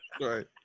Right